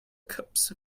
cups